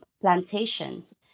plantations